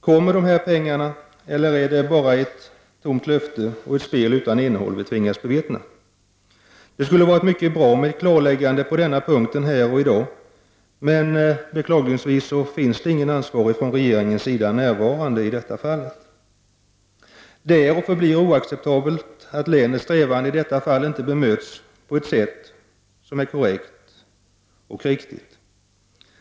Kommer pengarna, eller det är det bara ett tomt löfte, ett spel utan innehåll vi tvingas bevittna? Det skulle ha varit bra med ett klarläggande på denna punkt här i dag, men beklagligtvis finns ingen ansvarig från regeringen närvarande. Det är och förblir oacceptabelt att länets strävanden i detta fall inte bemöts på ett sätt som är korrekt.